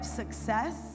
success